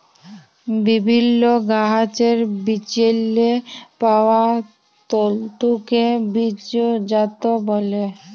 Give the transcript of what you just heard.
বিভিল্ল্য গাহাচের বিচেল্লে পাউয়া তল্তুকে বীজজাত ব্যলে